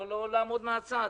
לא לעמוד מן הצד.